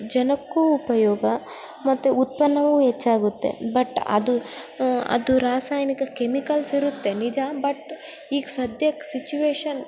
ಜನಕ್ಕೂ ಉಪಯೋಗ ಮತ್ತೆ ಉತ್ಪನ್ನವೂ ಹೆಚ್ಚಾಗುತ್ತೆ ಬಟ್ ಅದು ಅದು ರಸಾಯನಿಕ ಕೆಮಿಕಲ್ಸ್ ಇರುತ್ತೆ ನಿಜ ಬಟ್ ಈಗ ಸದ್ಯಕ್ಕೆ ಸಿಚುವೇಶನ್